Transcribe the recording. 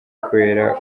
kubera